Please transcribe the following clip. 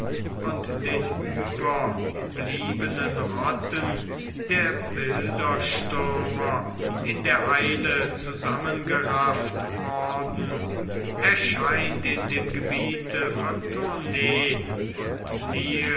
und den überbliebenen rotten der bilderstürmer in der eile zusammengerafft worden erscheint in dem gebiete von tournay und